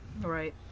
Right